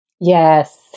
Yes